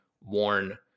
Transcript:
worn